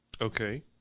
Okay